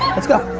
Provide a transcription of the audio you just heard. let's go.